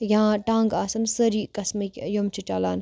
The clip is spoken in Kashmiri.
یا ٹانٛگہٕ آسَن سٲری قسمٕکۍ یِم چھِ چلان